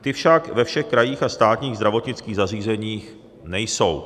Ty však ve všech krajích a státních zdravotnických zařízeních nejsou.